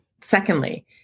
Secondly